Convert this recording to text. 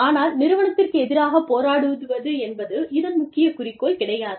ஆனால் நிறுவனத்திற்கு எதிராக போராடுவது என்பது இதன் முக்கிய குறிக்கோள் கிடையாது